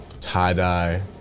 tie-dye